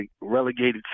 relegated